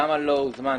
למה לא הוזמנתי?